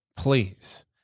Please